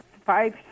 five